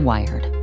Wired